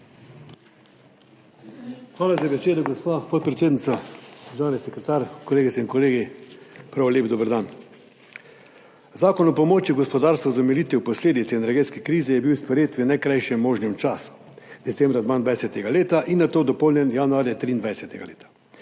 Hvala za besedo, gospa podpredsednica. Državni sekretar, kolegice in kolegi, prav lep dober dan! Zakon o pomoči v gospodarstvu za omilitev posledic energetske krize je bil sprejet v najkrajšem možnem času decembra leta 2022 in nato dopolnjen januarja leta